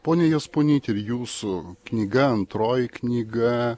ponia jasponyte ir jūsų knyga antroji knyga